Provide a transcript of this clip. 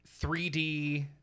3D